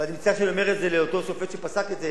ואני מצטער שאני אומר את זה לאותו שופט שפסק את זה,